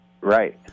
Right